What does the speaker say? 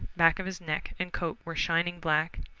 back of his neck and coat were shining black.